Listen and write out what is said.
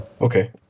Okay